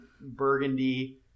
burgundy